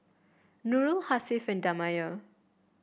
Nurul Hasif and Damia